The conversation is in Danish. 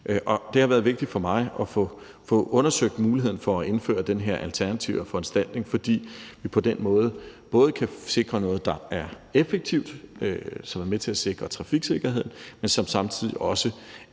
Det har været vigtigt for mig at få undersøgt muligheden for at indføre den her alternative foranstaltning, fordi vi på den måde både kan sikre noget, der er effektivt, og som er med til at sikre trafiksikkerheden, men som samtidig også